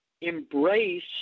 embrace